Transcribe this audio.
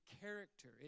character